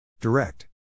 Direct